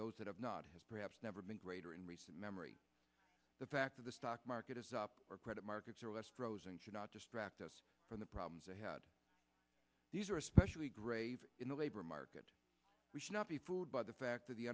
those that have not has perhaps never been greater in recent memory the fact of the stock market is up or credit markets are less frozen should not distract us from the problems ahead these are especially grave in the labor market we should not be fooled by the fact that the